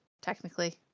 technically